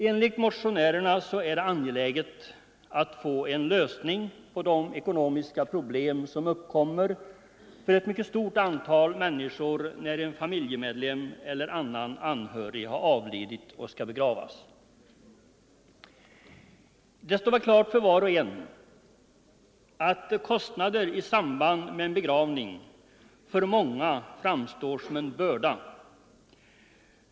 Enligt motionärerna är det angeläget att få en lösning på de ekonomiska problem som uppkommer för ett mycket stort antal människor när en familjemedlem eller annan anhörig har avlidit och skall begravas. Det står väl klart för var och en att kostnader i samband med en begravning för många framstår som en börda.